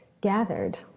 gathered